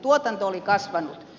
tuotanto oli kasvanut